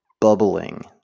bubbling